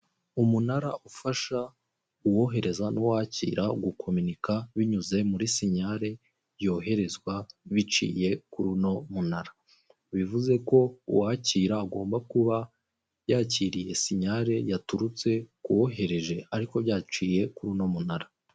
Umunara ufasha uwohereza n'uwakira gukominika binyuze muri senyale yoherezwa biciye kuri uno munara, bivuze ko uwakira agomba kuba yakiriye sinyale yaturutse ku wohereje ariko byaciye kuri uno munara.